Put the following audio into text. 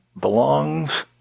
belongs